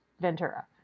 Ventura